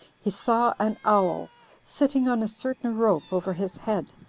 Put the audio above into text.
he saw an owl sitting on a certain rope over his head,